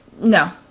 No